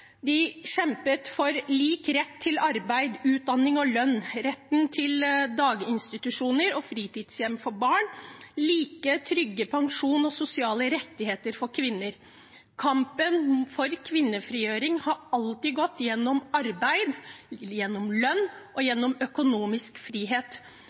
De kjempet for lik rett til arbeid, utdanning og lønn, for retten til daginstitusjoner og fritidshjem for barn, og for like og trygge pensjonsrettigheter og sosiale rettigheter for kvinner. Kampen for kvinnefrigjøring har alltid gått gjennom arbeid, gjennom lønn og gjennom økonomisk frihet.